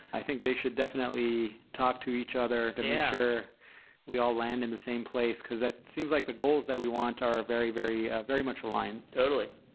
i think they should definitely talk to each other to make sure we all land in the same place, because it seems like the goals that we want are very, very, ah very much aligned. totally.